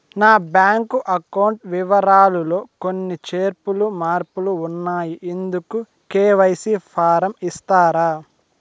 నా bank account వివరాలు లో కొన్ని చేర్పులు మార్పులు ఉన్నాయి, ఇందుకు కె.వై.సి ఫారం ఇస్తారా?